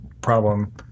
problem